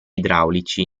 idraulici